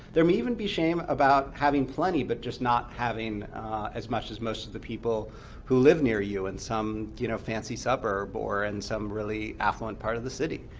there may even be shame about having plenty, but just not having as much as most of the people who live near you in some you know fancy suburb, or in and some really affluent part of the city,